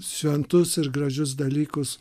šventus ir gražius dalykus